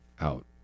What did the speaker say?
out